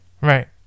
Right